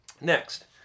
Next